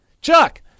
Chuck